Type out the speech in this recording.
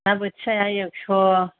ना बोथियाया एकस'